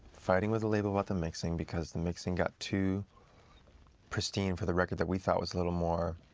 fighting with the label about the mixing, because the mixing got to pristine for the record that we thought was a little more